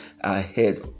ahead